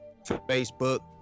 Facebook